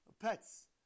pets